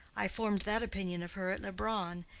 i formed that opinion of her at leubronn.